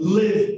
live